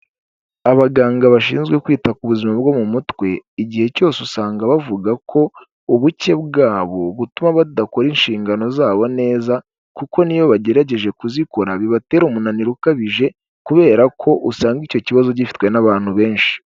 Abaganga bashinzwe kwita ku buzima bwo mu mutwe igihe cyose usanga bavuga ko ubuke bwabo butuma badakora inshingano zabo neza, kuko n'iyo bagerageje kuzikora bibatera umunaniro ukabije kubera ko usanga icyo kibazo gifitwe n'abantu benshi.